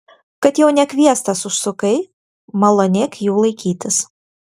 kad jau nekviestas užsukai malonėk jų laikytis